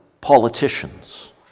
politicians